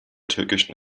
türkischen